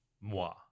moi